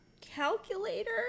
calculator